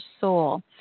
soul